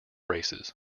races